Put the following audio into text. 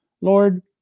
Lord